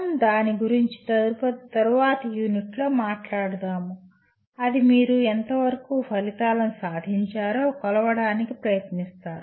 మనం దాని గురించి తరువాత యూనిట్లలో మాట్లాడుతాము అది మీరు ఎంతవరకు ఫలితాలను సాధించారో కొలవడానికి ప్రయత్నిస్తారు